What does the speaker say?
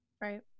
Right